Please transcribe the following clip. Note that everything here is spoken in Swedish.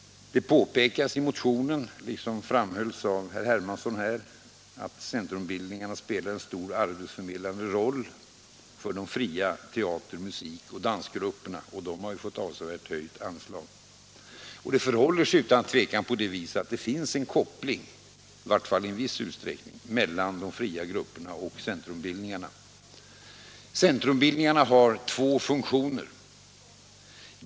Det påpekas i motionen, och det framhölls även av herr Hermansson, att centrumbildningarna spelar en stor arbetsförmedlande roll för de fria teater-, musikoch dansgrupperna, och de har ju fått avsevärt höjt anslag. Det förhåller sig utan tvivel på det viset att det finns en koppling, i vart fall i viss utsträckning, mellan de fria grupperna och centrumbildningarna. Centrumbildningarna har två funktioner.